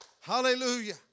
Hallelujah